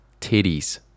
titties